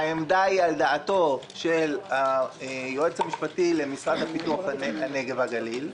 העמדה היא על דעתו של היועץ המשפטי למשרד לפיתוח הנגב והגליל.